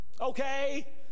Okay